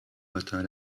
matin